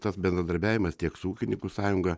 tas bendradarbiavimas tiek su ūkininkų sąjunga